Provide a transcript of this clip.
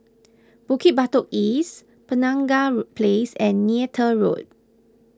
Bukit Batok East Penaga Place and Neythal Road